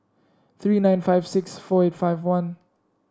three nine five six four eight five one